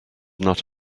not